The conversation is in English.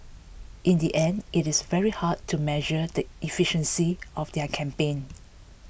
in the end it is very hard to measure the efficiency of their campaign